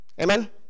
Amen